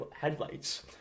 headlights